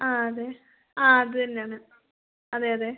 ആ അതെ ആ അത് തന്നെയാണ് അതെ അതെ